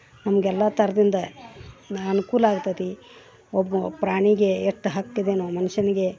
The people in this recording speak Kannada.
ನಮಗೆಲ್ಲಾ ಥರದಿಂದ ಅನುಕೂಲ ಆಗ್ತದೆ ಒಬ್ಬ ಪ್ರಾಣಿಗೆ ಎಷ್ಟು ಹಕ್ಕಿದೆಯೋ ಮನುಷ್ಯನ್ಗೆ